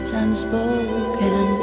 unspoken